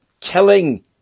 killing